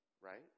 right